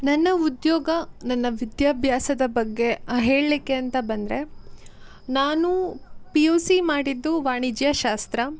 ನನ್ನ ಉದ್ಯೋಗ ನನ್ನ ವಿದ್ಯಾಭ್ಯಾಸದ ಬಗ್ಗೆ ಹೇಳಲಿಕ್ಕೆ ಅಂತ ಬಂದರೆ ನಾನು ಪಿ ಯು ಸಿ ಮಾಡಿದ್ದು ವಾಣಿಜ್ಯ ಶಾಸ್ತ್ರ